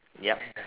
yup